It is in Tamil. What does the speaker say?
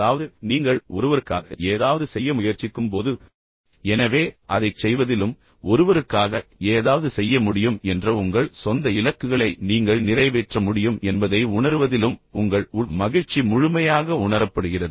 அதாவது நீங்கள் ஒருவருக்காக ஏதாவது செய்ய முயற்சிக்கும்போது எனவே அதைச் செய்வதிலும் ஒருவருக்காக ஏதாவது செய்ய முடியும் என்ற உங்கள் சொந்த இலக்குகளை நீங்கள் நிறைவேற்ற முடியும் என்பதை உணருவதிலும் உங்கள் உள் மகிழ்ச்சி முழுமையாக உணரப்படுகிறது